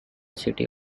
city